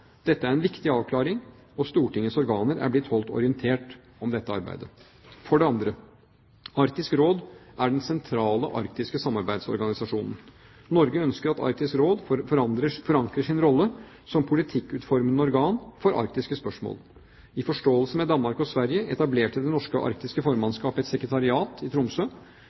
Dette er en viktig avklaring, og Stortingets organer er blitt holdt orientert om dette arbeidet. For det andre: Arktisk Råd er den sentrale arktiske samarbeidsorganisasjonen. Norge ønsker at Arktisk Råd forankrer sin rolle som politikkutformende organ for arktiske spørsmål. I forståelse med Danmark og Sverige etablerte det norske arktiske formannskapet et sekretariat i Tromsø.